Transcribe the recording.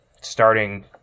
starting